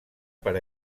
per